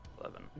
eleven